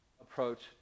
approach